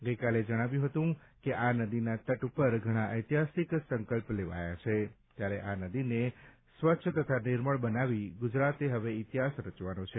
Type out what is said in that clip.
આ પ્રસંગે તેમણે કહ્યું હતું કે આ નદીના તટ ઉપર ઘણા ઐતિહાસિક સંકલ્પ લેવાયા છે ત્યારે આ નદીને સ્વચ્છ તથા નિર્મળ બનાવી ગુજરાતે હવે ઇતિહાસ રચવાનો છે